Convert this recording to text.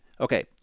okay